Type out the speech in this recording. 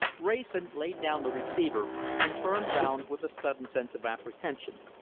wrayson laid down the receiver and turned round with a sudden sense of apprehension.